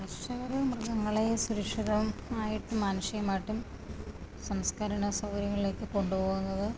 പക്ഷികളെയും മൃഗങ്ങളെയും സുരക്ഷിതമായിട്ടും മാനുഷികമായിട്ടും സംസ്കരണ സൗകര്യങ്ങളിലേക്ക് കൊണ്ടുപോകുന്നത്